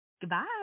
Goodbye